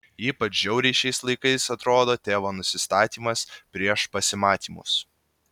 ypač žiauriai šiais laikais atrodo tėvo nusistatymas prieš pasimatymus